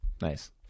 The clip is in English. nice